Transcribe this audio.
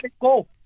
go